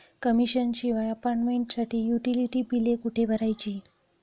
Commission शिवाय अपार्टमेंटसाठी utility बिले कुठे भरायची?